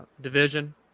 division